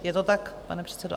Je to tak, pane předsedo?